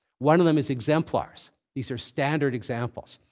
one of them is exemplars. these are standard examples.